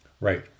Right